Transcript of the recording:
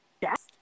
yes